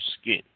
skin